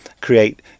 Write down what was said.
create